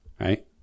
right